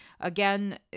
Again